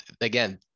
again